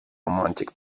romantic